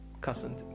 cousin